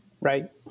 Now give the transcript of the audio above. Right